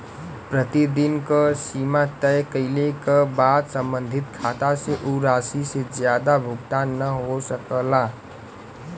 प्रतिदिन क सीमा तय कइले क बाद सम्बंधित खाता से उ राशि से जादा भुगतान न हो सकला